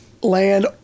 Land